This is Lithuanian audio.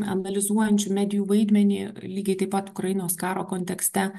analizuojančių medijų vaidmenį lygiai taip pat ukrainos karo kontekste